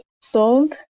sold